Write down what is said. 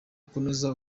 kunoza